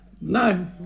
no